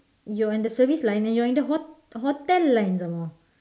you're in the service line and you are in the hot~ hotel line some more